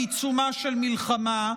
בעיצומה של מלחמה,